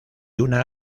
una